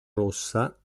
rossa